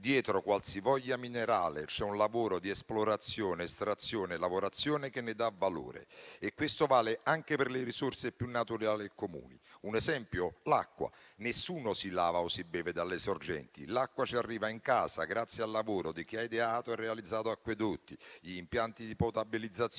Dietro qualsivoglia minerale c'è un lavoro di esplorazione, estrazione e lavorazione che ne dà valore e questo vale anche per le risorse più naturali e comuni. Un esempio? L'acqua. Nessuno si lava o beve dalle sorgenti; l'acqua arriva in casa grazie al lavoro di chi ha ideato e realizzato acquedotti, gli impianti di potabilizzazione,